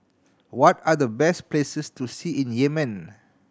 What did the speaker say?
what are the best places to see in Yemen